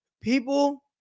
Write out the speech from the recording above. people